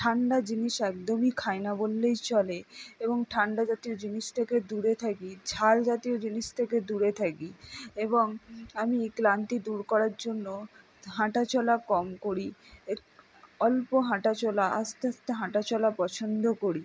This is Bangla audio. ঠান্ডা জিনিস একদমই খাই না বললেই চলে এবং ঠান্ডা জাতীয় জিনিস থেকে দূরে থাকি ঝাল জাতীয় জিনিস থেকে দূরে থাকি এবং আমি ক্লান্তি দূর করার জন্যহাঁটা চলা কম করি অল্প হাঁটা চলা আস্তে আস্তে হাঁটা চলা পছন্দ করি